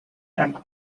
and